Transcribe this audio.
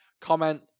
comment